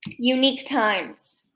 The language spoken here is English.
unique times.